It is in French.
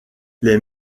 les